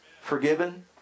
forgiven